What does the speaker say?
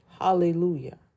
Hallelujah